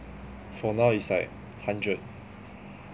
for now it's like hundred